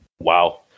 Wow